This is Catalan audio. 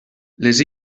les